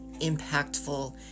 impactful